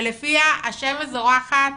שלפיה השמש זורחת,